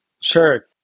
Sure